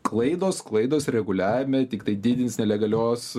klaidos klaidos reguliavime tiktai didins nelegalios